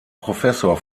professor